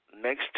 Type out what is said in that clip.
next